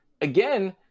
again